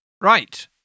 Right